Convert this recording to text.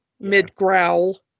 mid-growl